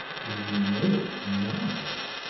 do you know us now?